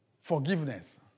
forgiveness